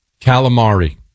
Calamari